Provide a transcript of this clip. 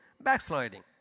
backsliding